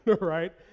right